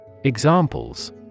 Examples